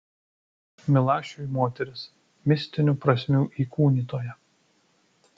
milašiui moteris mistinių prasmių įkūnytoja